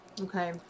Okay